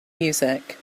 music